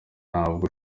ntabwo